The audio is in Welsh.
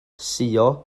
suo